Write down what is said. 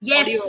Yes